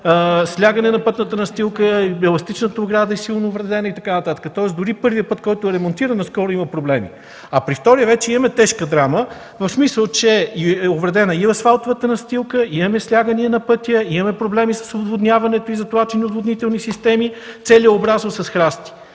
слягане на пътна настилка, еластичната ограда е силно увредена и така нататък. Тоест, дори и първият път, който е ремонтиран, има проблеми. При втория вече имаме тежка драма, в смисъл, че е увредена и асфалтовата настилка, имаме слягания на пътя, имаме проблеми с отводняването и затлачването на отводнителните системи, целият е обрасъл с храсти.